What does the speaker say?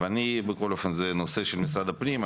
זה נושא של משרד הפנים.